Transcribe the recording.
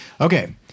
okay